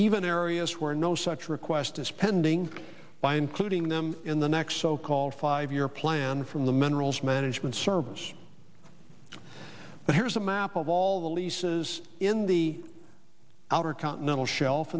even areas where no such request is pending by including them in the next so called five year plan from the minerals management service but here's a map of all the leases in the outer continental shelf